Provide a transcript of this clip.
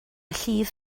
llif